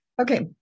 Okay